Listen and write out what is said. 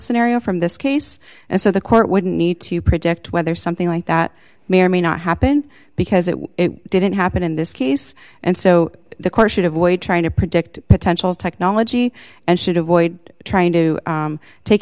scenario from this case and so the court wouldn't need to predict whether something like that may or may not happen because it didn't happen in this case and so the course should avoid trying to predict potential technology and should avoid trying to take